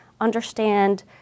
Understand